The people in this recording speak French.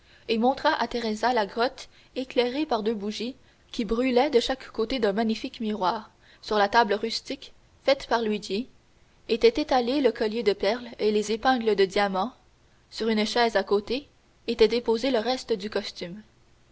et montra à teresa la grotte éclairée par deux bougies qui brûlaient de chaque côté d'un magnifique miroir sur la table rustique faite par luigi étaient étalés le collier de perles et les épingles de diamants sur une chaise à côté était déposé le reste du costume